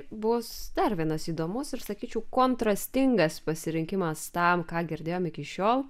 bus dar vienas įdomus ir sakyčiau kontrastingas pasirinkimas tam ką girdėjom iki šiol